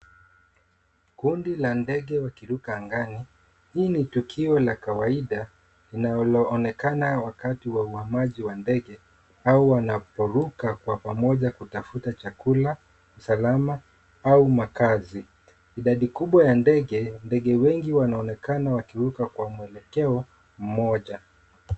Kundi la ndege wakiruka angani, hii ni tukio la kawaida ,linalo onekana wakati wa uhamaji wa ndege ,au wanaporuka kwa pamoja kutafuta chakula, usalama au makazi. Idadi kubwa ya ndege, ndege wengi wanaonekana wakiruka kwa mwelekeo mmoja